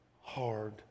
hard